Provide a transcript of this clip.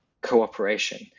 cooperation